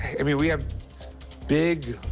i mean, we have big,